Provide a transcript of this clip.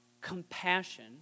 compassion